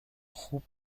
خوب